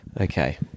Okay